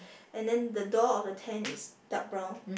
and then the door of the tent is dark brown